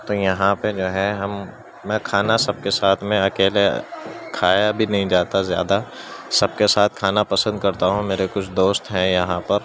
تو یہاں پہ جو ہے ہم میں کھانا سب کے ساتھ میں اکیلے کھایا بھی نہیں جاتا زیادہ سب کے ساتھ کھانا پسند کرتا ہوں میرے کچھ دوست ہیں یہاں پر